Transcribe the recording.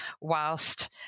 whilst